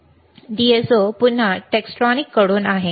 DSO पुन्हा Tektronix कडून आहे